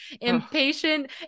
impatient